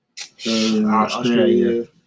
Australia